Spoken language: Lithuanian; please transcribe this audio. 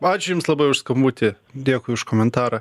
ačiū jums labai už skambutį dėkui už komentarą